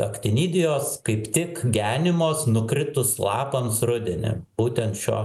aktinidijos kaip tik genimos nukritus lapams rudenį būtent šiuo